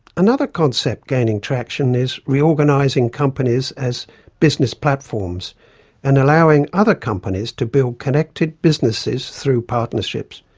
another concept gaining traction is reorganising companies as business platform so and allowing other companies to build connected businesses through partnerships.